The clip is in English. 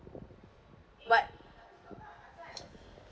but